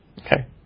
Okay